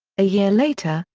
a year later,